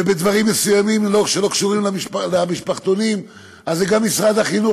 ובדברים מסוימים שלא קשורים למשפחתונים זה גם משרד החינוך,